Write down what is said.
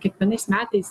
kiekvienais metais